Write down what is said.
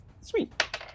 sweet